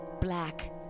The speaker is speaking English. black